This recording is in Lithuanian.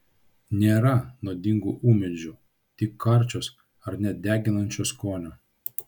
nėra nuodingų ūmėdžių tik karčios ar net deginančio skonio